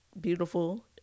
beautiful